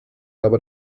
aber